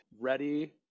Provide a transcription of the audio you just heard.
ready